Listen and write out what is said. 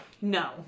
No